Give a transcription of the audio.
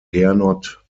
gernot